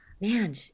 man